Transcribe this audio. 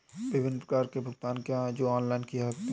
विभिन्न प्रकार के भुगतान क्या हैं जो ऑनलाइन किए जा सकते हैं?